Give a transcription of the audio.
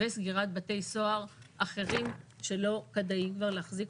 וסגירת בתי סוהר אחרים שלא כדאי כבר להחזיק